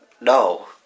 No